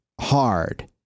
hard